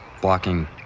blocking